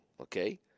okay